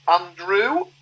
Andrew